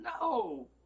no